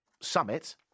summit